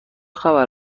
خبر